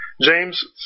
James